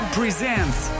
presents